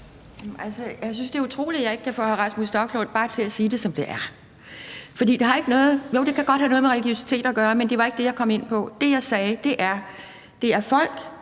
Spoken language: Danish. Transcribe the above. Jeg synes, det er utroligt, at jeg ikke kan få hr. Rasmus Stoklund til bare at sige det, som det er. Jo, det kan godt have noget med religiøsitet at gøre, men det var ikke det, jeg kom ind på. Det, jeg sagde, er, at det er folk,